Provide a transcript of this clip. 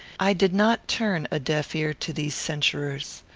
i did not turn a deaf ear to these censurers.